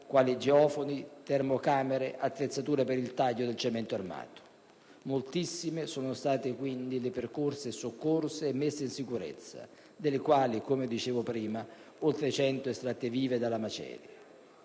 quali geofoni, termocamere, attrezzature per il taglio del cemento armato. Moltissime sono state quindi le persone soccorse e messe in sicurezza, delle quali, come dicevo prima, oltre 100 estratte vive dalle macerie.